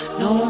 no